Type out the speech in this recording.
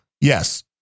Yes